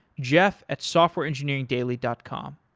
jeff at softwareengineeringdaily dot com.